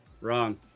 Wrong